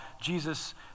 Jesus